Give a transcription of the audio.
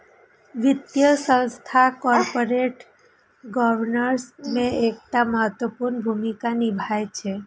वित्तीय संस्थान corporate governance मे एकटा महत्वपूर्ण भूमिका निभाबै छै